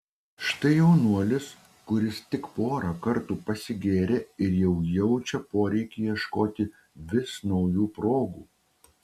štai jaunuolis kuris tik porą kartų pasigėrė ir jau jaučia poreikį ieškoti vis naujų progų